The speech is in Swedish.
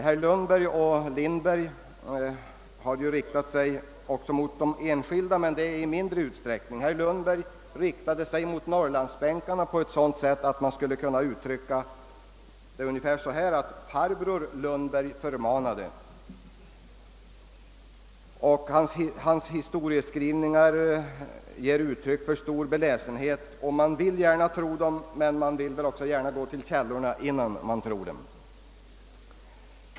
Herrar Lundberg och Lindberg har emellertid — om än i mindre utsträckning — vänt sig mot de enskilda. Herr Lundberg riktade sig mot Norrlandsbänken och uttalade sig på ett sådant sätt, att man skulle kunna säga att farbror Lundberg förmanade. Hans historieskrivningar kan vara uttryck för stor beläsenhet, och man vill gärna tro den, även om man nog först vill gå till källorna.